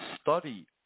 study